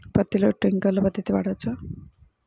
పత్తిలో ట్వింక్లర్ పద్ధతి వాడవచ్చా?